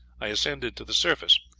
i ascended to the surface,